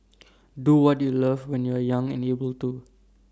do what you love when you are young and able to